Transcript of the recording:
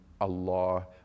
Allah